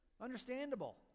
Understandable